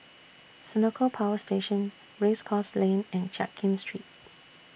Senoko Power Station Race Course Lane and Jiak Kim Street